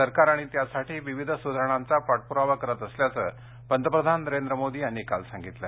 सरकार आणि त्यासाठी विविध सुधारणांचा पाठप्रावा करत असल्याचं पंतप्रधान नरेंद्र मोदी यांनी काल सांगितलं